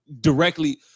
directly